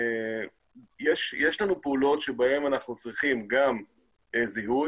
יש לנו פעולות בהן אנחנו צריכים גם זיהוי,